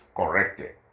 corrected